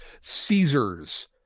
Caesars